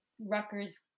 Rutgers